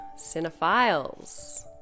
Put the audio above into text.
cinephiles